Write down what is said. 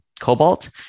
cobalt